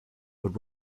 but